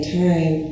time